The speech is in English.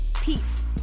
peace